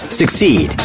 succeed